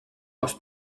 aus